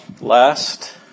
last